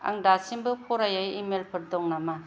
आं दासिमबो फारायै इमेलफोर दं नामा